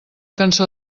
cançó